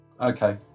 Okay